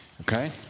okay